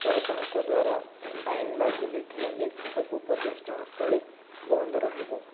ସରକାରଙ୍କ ଦ୍ୱାରା ଆଇନ ଲାଗୁ ହେଇଥିଲା ଯେ ସବୁ ପର୍ଯ୍ୟଟନ ସ୍ଥଳୀ ବନ୍ଦ ରହିବ